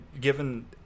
given